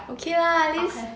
okay lah at least